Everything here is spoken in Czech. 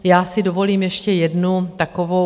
Já si dovolím ještě jednu takovou...